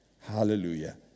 hallelujah